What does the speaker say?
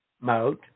mode